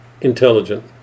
intelligent